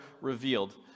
revealed